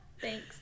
Thanks